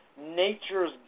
nature's